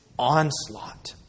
onslaught